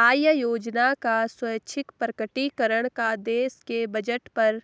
आय योजना का स्वैच्छिक प्रकटीकरण का देश के बजट पर